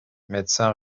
médecin